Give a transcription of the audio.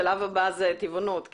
השלב הבא זה טבעונות.